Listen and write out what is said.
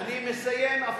אני מסיים.